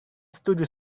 setuju